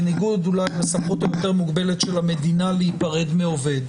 בניגוד אולי לסמכות היותר מוגבלת של המדינה להיפרד מעובד.